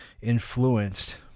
influenced